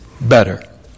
better